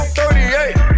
38